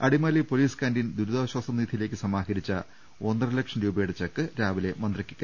Adimali police canteen ദുരിതാശ്വാസ നിധിയിലേക്ക് സമാഹരിച്ച ഒന്നരലക്ഷം രൂപയുടെ ചെക്ക് രാവിലെ മന്ത്രിക്ക് കൈമാറും